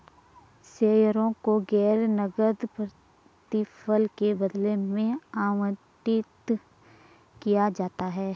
शेयरों को गैर नकद प्रतिफल के बदले में आवंटित किया जाता है